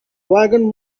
wagon